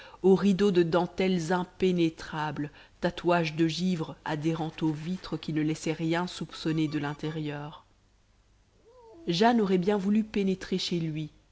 aux rideaux de dentelles impénétrables tatouage de givre adhérant aux vitres qui ne laissaient rien soupçonner de l'intérieur jane aurait bien voulu pénétrer chez lui